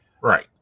Right